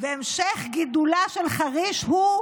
והמשך גידולה של חריש הם,